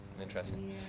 Interesting